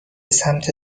سمت